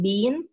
Bean